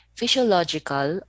physiological